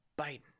Biden